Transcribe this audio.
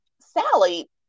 Sally